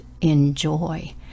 enjoy